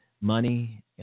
money